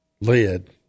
lead